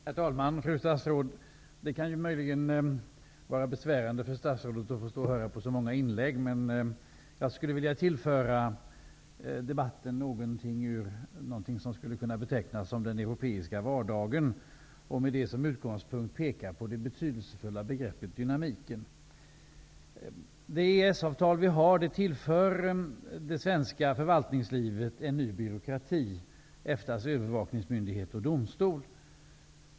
Herr talman! Fru statsråd! Det kan möjligen vara besvärande för statsrådet att få höra på så många inlägg, men jag skulle vilja tillföra debatten någonting som skulle kunna betecknas som den europeiska vardagen och med det som utgångspunkt peka på det betydelsefulla begreppet dynamik. Det EES-avtal vi har tillför det svenska förvaltningslivet en ny byråkrati, EFTA:s övervakningsmyndighet och domstol.